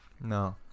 No